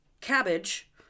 cabbage